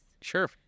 Sure